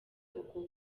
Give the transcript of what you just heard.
uko